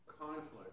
conflict